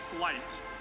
light